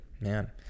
man